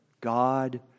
God